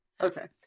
Okay